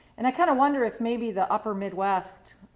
and i kind of wonder if maybe the upper midwest,